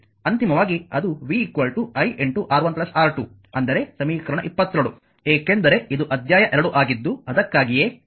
ಅಂತಿಮವಾಗಿ ಅದು v iR1 R2 ಅಂದರೆ ಸಮೀಕರಣ 22 ಏಕೆಂದರೆ ಇದು ಅಧ್ಯಾಯ 2 ಆಗಿದ್ದು ಅದಕ್ಕಾಗಿಯೇ 2